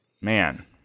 man